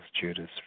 Judas